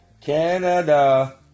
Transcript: Canada